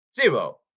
Zero